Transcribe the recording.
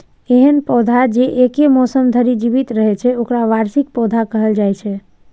एहन पौधा जे एके मौसम धरि जीवित रहै छै, ओकरा वार्षिक पौधा कहल जाइ छै